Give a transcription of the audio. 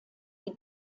die